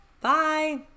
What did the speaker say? bye